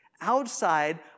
outside